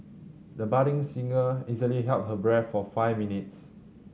the budding singer easily held her breath for five minutes